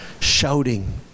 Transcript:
shouting